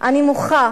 אני מוחה